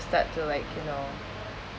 start to like you know